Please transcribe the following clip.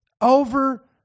over